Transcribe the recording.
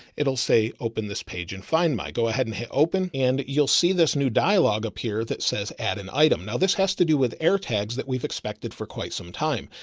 it will say open this page and find my go ahead and hit open. and you'll see this new dialog appear that says, add an item. now this has to do with air tags that we've expected for quite some time.